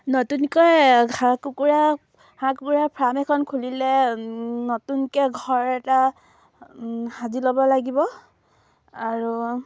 নতুনকৈ হাঁহ কুকুৰা হাঁহ কুকুৰা ফাৰ্ম এখন খুলিলে নতুনকে ঘৰ এটা সাজি ল'ব লাগিব আৰু